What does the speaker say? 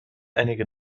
einige